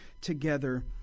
together